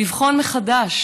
לבחון מחדש